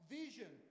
vision